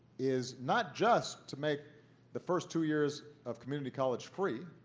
is not just to make the first two years of community college free